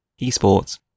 Esports